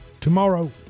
tomorrow